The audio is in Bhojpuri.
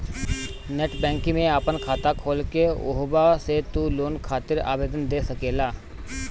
नेट बैंकिंग में आपन खाता खोल के उहवा से तू लोन खातिर आवेदन दे सकेला